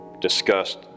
discussed